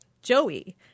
joey